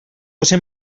josé